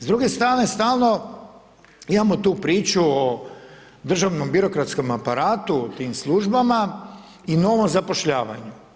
S druge strane stalno imamo tu priču o držanom birokratskom aparatu u tim službama i novom zapošljavanju.